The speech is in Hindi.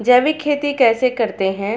जैविक खेती कैसे करते हैं?